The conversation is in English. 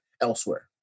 elsewhere